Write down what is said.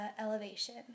elevation